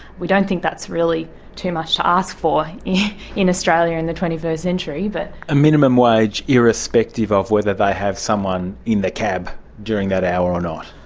we don't think that's really too much to ask for in australia in the twenty first century. but a minimum wage irrespective of whether they have someone in the cab during that hour or not?